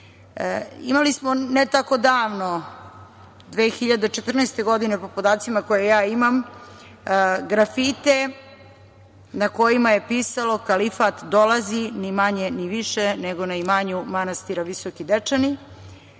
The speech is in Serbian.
Imali smo ne tako davno, 2014. godine po podacima koje ja imam, grafite na kojima je pisalo – kalifat dolazi, ni manje ni više nego na imanju manastira Visoki Dečani,